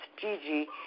Gigi